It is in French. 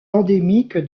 endémique